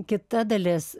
kita dalis